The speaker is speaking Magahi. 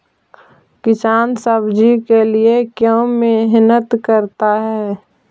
किसान सब्जी के लिए क्यों मेहनत करता है?